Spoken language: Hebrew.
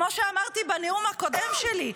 כמו שאמרתי בנאום הקודם שלי,